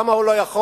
למה הוא לא יכול?